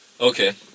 Okay